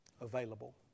available